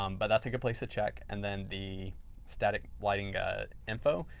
um but that's a good place to check. and then the static lighting info.